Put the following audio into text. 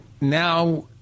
now